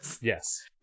yes